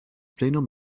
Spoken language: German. plenum